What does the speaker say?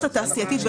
התעשייתית.